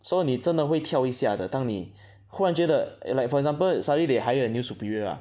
so 你真的会跳一下的当你忽然觉得 eh like for example suddenly they hire a new superior ah